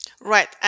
Right